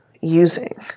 using